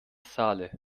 saale